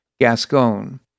Gascon